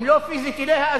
אם לא פיזית אליה,